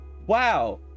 wow